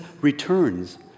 returns